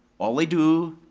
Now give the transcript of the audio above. all they do,